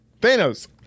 Thanos